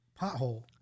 pothole